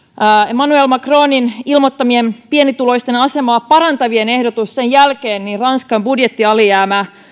emmanuel macronin ilmoittamien pienituloisten asemaa parantavien ehdotusten jälkeen ranskan budjettialijäämän